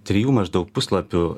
trijų maždaug puslapių